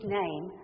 name